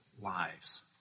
lives